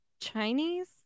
Chinese